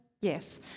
Yes